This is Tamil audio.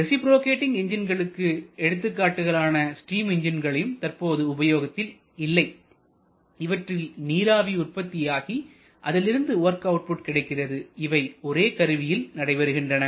ரேசிப்ரோகேட்டிங் என்ஜின்களுக்கு எடுத்துக்காட்டுகள் ஆன ஸ்டீம் எஞ்சின்கள் தற்போது உபயோகத்தில் இல்லை இவற்றில் நீராவி உற்பத்தியாகி அதிலிருந்து வொர்க் அவுட்புட் கிடைக்கிறது இவை ஒரே கருவியில் நடைபெறுகின்றன